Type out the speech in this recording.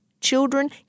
children